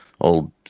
old